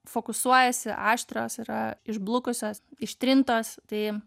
fokusuojasi aštrios yra išblukusios ištrintos tai